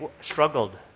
struggled